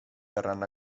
verranno